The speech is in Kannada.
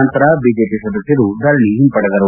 ನಂತರ ಬಿಜೆಪಿ ಸದಸ್ಯರು ಧರಣಿ ಹಿಂಪಡೆದರು